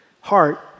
heart